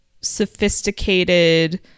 sophisticated